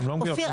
אופיר,